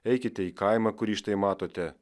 eikite į kaimą kurį štai matote